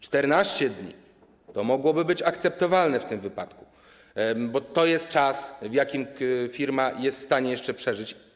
14 dni - to mogłoby być akceptowalne w tym wypadku, bo to jest czas, w jakim firma jest w stanie jeszcze przeżyć.